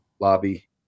lobby